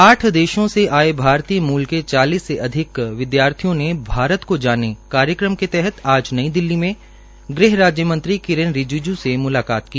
आठ देशों से आये भारतीय मुल के चालीस से अधिक विदयार्थियों ने भारत को जाने कार्यक्रम के तहत आज नई दिल्ली में गृह राज्य मंत्री किरेन रिजिज् से मुलाकात की